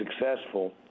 successful